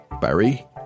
Barry